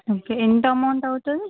okay ఎంత amount అవుతుంది